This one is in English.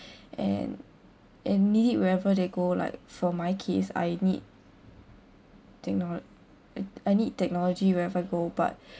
and and need it wherever they go like for my case I need technol~ I I need technology wherever I go but